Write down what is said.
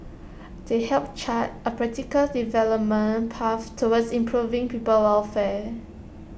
they help chart A practical development path towards improving people's welfare